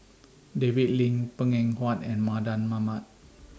David Lim Png Eng Huat and Mardan Mamat